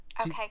Okay